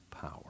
power